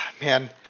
man